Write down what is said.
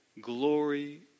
Glory